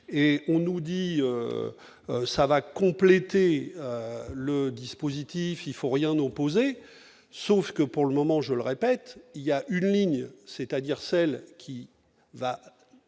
on nous dit ça va compléter le dispositif, il faut rien opposer, sauf que pour le moment, je le répète, il y a une ligne, c'est-à-dire celle qui va